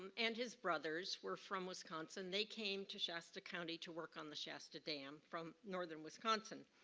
um and his brothers were from wisconsin. they came to shasta county to work on the shasta dam from northern wisconsin.